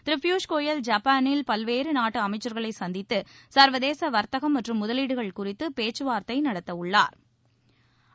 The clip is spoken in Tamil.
திரு பியூஷ் கோயல் ஜப்பாளில் பல்வேறு நாட்டு அமைச்சர்களை சந்தித்து சள்வதேச வர்த்தகம் மற்றும் முதலீடுகள் குறித்து பேச்சுவாா்த்தை நடத்த உள்ளாா்